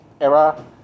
era